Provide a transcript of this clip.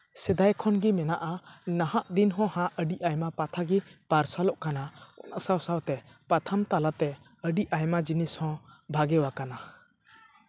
ᱥᱮᱫᱟᱭ ᱠᱷᱚᱱ ᱜᱮ ᱢᱮᱱᱟᱜᱼᱟ ᱱᱟᱦᱟᱜ ᱫᱤᱱ ᱦᱚᱸ ᱦᱟᱸᱜ ᱟᱹᱰᱤ ᱟᱭᱢᱟ ᱯᱟᱛᱷᱟᱢ ᱜᱮ ᱯᱟᱨᱥᱟᱞᱚᱜ ᱠᱟᱱᱟ ᱥᱟᱶ ᱥᱟᱶᱛᱮ ᱯᱟᱛᱦᱟᱢ ᱛᱟᱞᱟᱛᱮ ᱟᱹᱰᱤ ᱟᱭᱢᱟ ᱡᱤᱱᱤᱥ ᱦᱚᱸ ᱵᱷᱟᱜᱮᱣ ᱟᱠᱟᱱᱟ